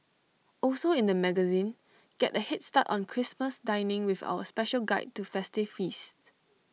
also in the magazine get A Head start on Christmas dining with our special guide to festive feasts